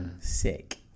sick